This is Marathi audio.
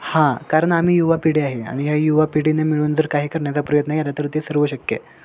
हा कारण आम्ही युवा पिढी आहे आणि या युवा पिढीने मिळून जर काही करण्याचा प्रयत्न केला तर ते सर्व शक्य आहे